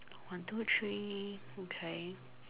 one two three okay